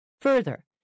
Further